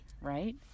Right